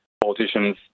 politicians